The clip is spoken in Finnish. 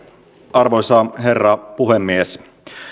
arvoisa herra puhemies